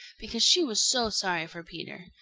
because she was so sorry for peter.